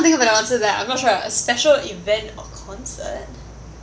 can't think of an answer to that I'm not sure special event or concert